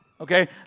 okay